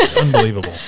Unbelievable